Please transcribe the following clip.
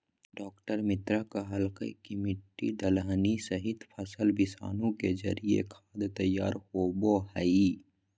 डॉ मित्रा कहलकय कि मिट्टी, दलहनी सहित, फसल विषाणु के जरिए खाद तैयार होबो हइ